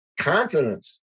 confidence